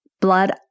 blood